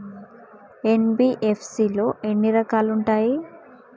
NBFC లో ఎన్ని రకాలు ఉంటాయి?